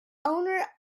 owner